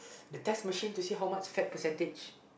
the test machine to see how much fat percentage